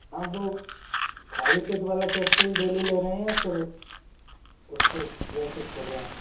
आप वो खाली पेट वाला कैप्सूल डेली ले रहे हैं या फिर उसको वैसे छोड़ रहे हैं